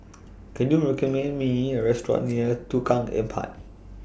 Can YOU recommend Me A Restaurant near Lorong Tukang Empat